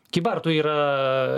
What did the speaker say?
kybartų yra